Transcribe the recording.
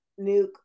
nuke